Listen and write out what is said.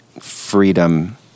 freedom